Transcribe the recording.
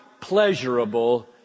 pleasurable